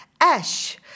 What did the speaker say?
ash